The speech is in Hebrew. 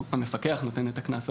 המפקח נותן את הקנס,